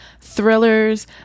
thrillers